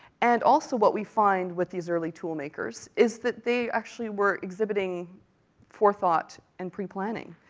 and also what we find with these early toolmakers, is that they actually were exhibiting forethought and pre-planning.